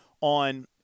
on